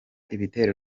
ibitero